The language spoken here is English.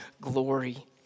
glory